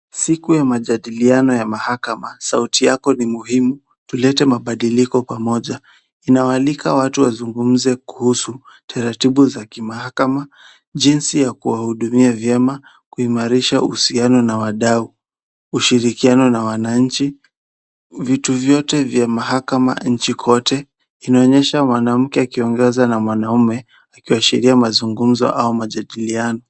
Siku ya majadiliano ya mahakama sauti yako ni muhimu, tulete mabadiliko pamoja, inawalika watu wazungumze kuhusu taratibu za kimahakama, jinsi ya kuwahudumia vyema, kuimarisha uhusiano na wadau, ushirikiano na wananchi, vitu vyote vya mahakama nchi kote, inaonyesha mwanamke akiongea na mwanamume, ikiwashiria mazungumzo au majadiliano.